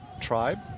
tribe